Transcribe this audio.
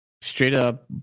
straight-up